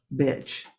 bitch